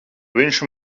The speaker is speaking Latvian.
viņš